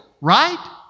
right